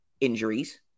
injuries